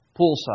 poolside